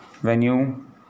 venue